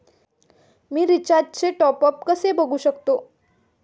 मी रिचार्जचे टॉपअप कसे बघू शकतो?